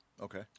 Okay